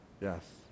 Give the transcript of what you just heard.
Yes